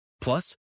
Plus